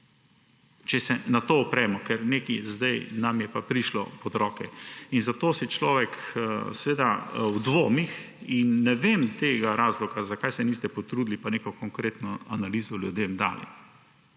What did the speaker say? Če se na to opremo, ker nekaj nam je pa zdaj prišlo pod roke. Zato je človek seveda v dvomih in ne poznam razloga, zakaj se niste potrudili pa neke konkretne analize ljudem dali.